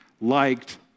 liked